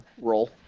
role